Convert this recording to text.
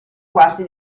quarti